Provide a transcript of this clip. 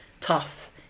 tough